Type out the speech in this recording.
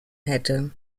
hätte